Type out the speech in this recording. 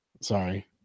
Sorry